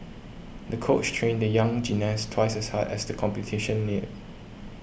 the coach trained the young gymnast twice as hard as the competition neared